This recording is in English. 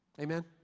Amen